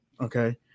Okay